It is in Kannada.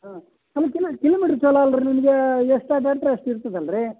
ಹಾಂ ಅಲ್ಲ ಕಿಲೋ ಕಿಲೋಮೀಟ್ರ್ ಚಲೋ ಅಲ್ಲ ರೀ ನಿಮಗೆ ಎಷ್ಟಾದ ಅಂತ ಅಷ್ಟು ಇರ್ತದೆ ಅಲ್ಲ ರಿ